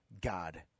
God